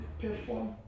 perform